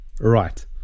Right